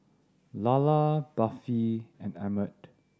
Lalla Buffy and Emmett